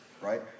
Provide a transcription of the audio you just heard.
right